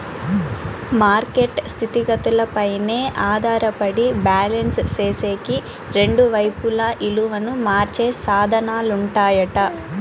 market స్థితిగతులపైనే ఆధారపడి balance సేసేకి రెండు వైపులా ఇలువను మార్చే సాధనాలుంటాయట